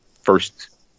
first